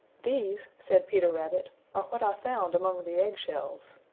these, said peter rabbit are what i found among the egg shells.